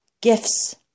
gifts